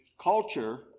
culture